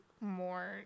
more